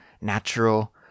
natural